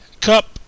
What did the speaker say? Cup